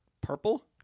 Purple